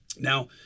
Now